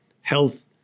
health